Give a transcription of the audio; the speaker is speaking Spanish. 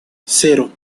cero